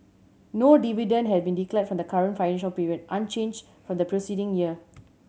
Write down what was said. no dividend has been declared for the current financial period unchanged from the preceding year